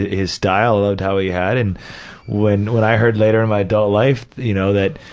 his, his style, i loved how he had and when, when i heard later in my adult life, you know that,